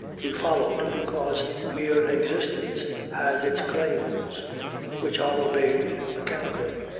he followed, because mere existence has its claims which are obeyed mechanically.